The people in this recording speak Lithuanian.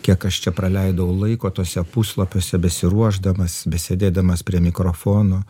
kiek aš čia praleidau laiko tuose puslapiuose besiruošdamas besėdėdamas prie mikrofono